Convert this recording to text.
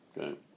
Okay